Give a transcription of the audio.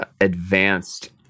advanced